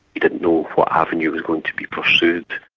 he didn't know what avenue was going to be pursued.